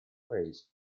ways